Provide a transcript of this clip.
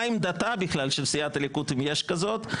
מה עמדתה בכלל של סיעת הליכוד, אם יש כזאת.